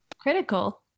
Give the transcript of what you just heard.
critical